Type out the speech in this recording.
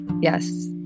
Yes